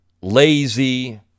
lazy